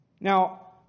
Now